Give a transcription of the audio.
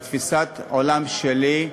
בתפיסת העולם שלי,